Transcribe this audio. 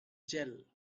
jell